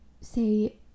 say